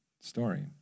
story